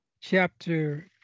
chapter